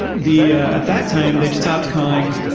the. at that time they'd stopped calling,